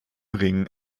ring